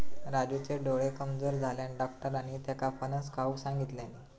राजूचे डोळे कमजोर झाल्यानं, डाक्टरांनी त्येका फणस खाऊक सांगितल्यानी